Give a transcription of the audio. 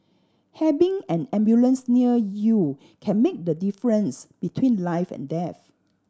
having an ambulance near you can make the difference between life and death